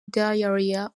diarrhea